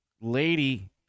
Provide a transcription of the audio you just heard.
lady